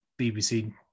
bbc